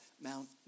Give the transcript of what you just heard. Mount